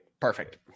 Perfect